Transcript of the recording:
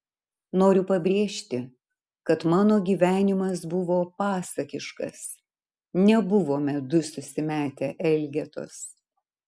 noriu pabrėžti kad mano gyvenimas buvo pasakiškas nebuvome du susimetę elgetos